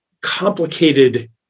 complicated